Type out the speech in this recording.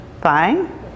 Fine